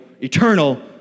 eternal